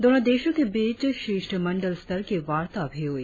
दोनो देशों के बीच शिष्ठमंडल स्तर की वार्ता भी हुई